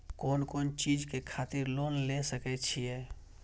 कोन कोन चीज के खातिर लोन ले सके छिए?